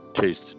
taste